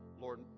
Lord